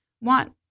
want